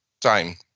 time